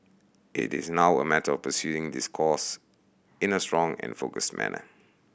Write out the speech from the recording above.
it is now a matter of pursuing this course in a strong and focused manner